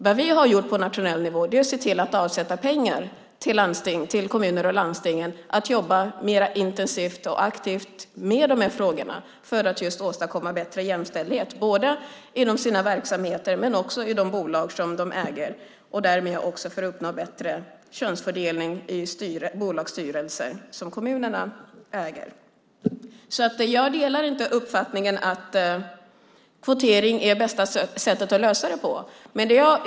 Vad vi har gjort på nationell nivå är att vi avsatt pengar till kommunerna och landstingen för att jobba mer intensivt och aktivt med de här frågorna för att de just ska åstadkomma bättre jämställdhet både inom sina verksamheter och i de bolag som de äger och därmed också uppnå en bättre könsfördelning i styrelser i de bolag som kommunerna äger. Jag delar inte uppfattningen att kvotering är bästa lösningen.